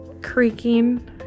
creaking